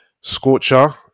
Scorcher